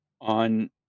on